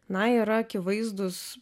na yra akivaizdūs